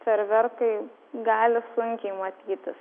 fejerverkai gali sunkiai matytis